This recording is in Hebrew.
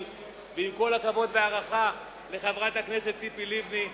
ועם כל הכבוד וההערכה לחברת הכנסת ציפי לבני,